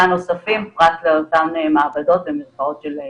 נוספות פרט לאותן מעבדות ומרפאות של קורונה.